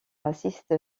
assiste